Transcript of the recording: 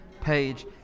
page